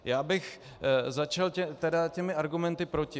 Já bych začal tedy těmi argumenty proti.